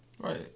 Right